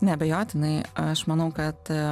neabejotinai aš manau kad